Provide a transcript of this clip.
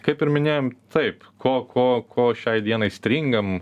kaip ir minėjom taip ko ko ko šiai dienai stringam